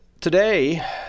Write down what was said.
today